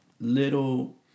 little